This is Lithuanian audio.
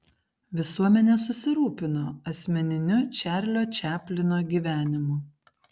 visuomenė susirūpino asmeniniu čarlio čaplino gyvenimu